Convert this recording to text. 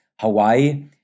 Hawaii